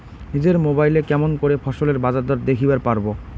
নিজের মোবাইলে কেমন করে ফসলের বাজারদর দেখিবার পারবো?